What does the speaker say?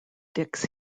dix